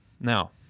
Now